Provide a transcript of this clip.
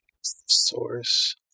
Source